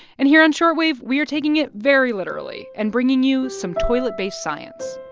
and here on short wave, we are taking it very literally and bringing you some toilet-based science